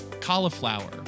cauliflower